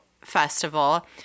festival